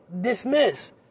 dismiss